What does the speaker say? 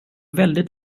väldigt